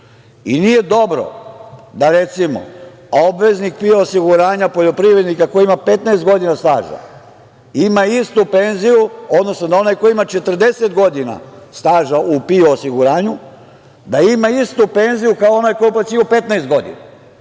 i nije dobro da, recimo, obveznik PIO osiguranja poljoprivrednika koji ima 15 godina staža ima istu penziju, odnosno da onaj koji ima 40 godina staža u PIO osiguranju, da ima istu penziju kao onaj koji je uplaćivao 15 godina.